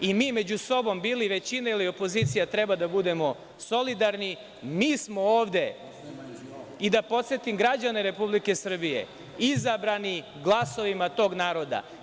I, mi među sobom bili većina ili opozicija treba da budemo solidarni. mi smo ovde, i da podsetim građane Republike Srbije, izabrani glasovima tog naroda.